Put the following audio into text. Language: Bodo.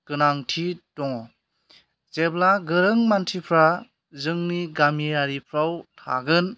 गोनांथि दङ' जेब्ला गोरों मानसिफ्रा जोंनि गामियारिफ्राव थागोन